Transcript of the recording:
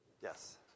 Yes